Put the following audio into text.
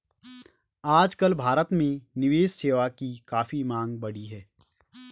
आजकल भारत में निवेश सेवा की काफी मांग बढ़ी है